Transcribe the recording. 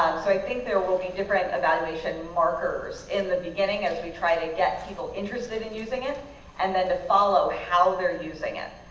um so i think there will be different evaluation markers in the beginning as we try to get people interested in using it and to follow, how they're using it.